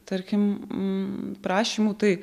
tarkim prašymų tai